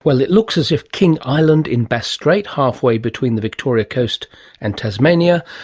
well it looks as if king island in bass strait, halfway between the victorian coast and tasmania,